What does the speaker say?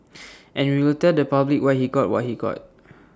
and we will tell the public why he got what he got